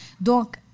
Donc